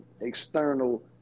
external